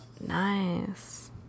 Nice